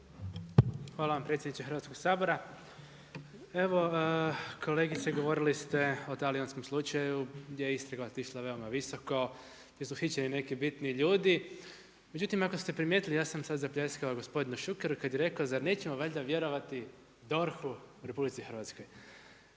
Hvala vam predsjedniče Hrvatskoga sabora. Evo, kolegice govorili ste o talijanskom slučaju gdje je istraga otišla veoma visoko, gdje su uhićeni neki bitni ljudi. Međutim ako ste primijetili ja sam sada zapljeskao gospodinu Šukeru kada je rekao zar nećemo valjda vjerovati DORHU RH.